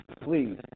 please